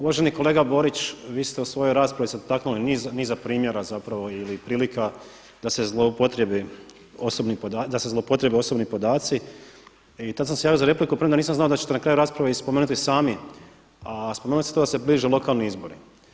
Uvaženi kolega Borić, vi ste u svojoj raspravi se dotaknuli niza primjera zapravo ili prilika da se zloupotrijebe osobni podaci i tad sam se javio za repliku premda nisam znao da ćete na kraju rasprave i spomenuti sami, a spomenuli ste to da se bliže lokalni izbori.